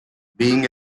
being